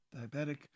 diabetic